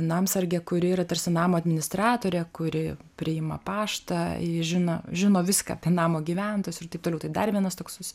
namsargė kuri yra tarsi namo administratorė kuri priima paštą ji žino žino viską apie namo gyventojus ir taip toliau tai dar vienas toks